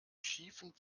schiefen